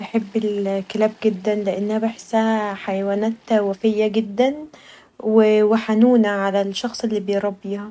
بحب الكلاب جدا لان بحسها حيوانات وافيه جدا وحنونه علي الشخص اللي بيربيها.